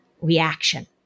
reaction